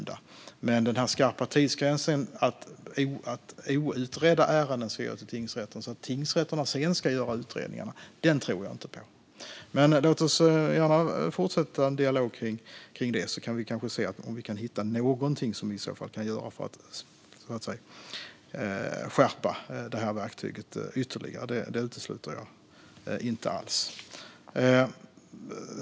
Jag tror däremot inte på någon skarp tidsgräns för när outredda ärenden ska gå till tingsrätten för utredning. Låt oss gärna fortsätta att ha en dialog kring detta och se om vi kan hitta någonting som vi kan göra för att skärpa det här verktyget ytterligare. Det utesluter jag inte alls.